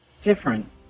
different